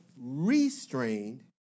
restrained